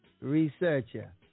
Researcher